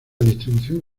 distribución